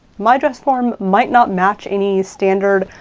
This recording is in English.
my dress form might not match any standard,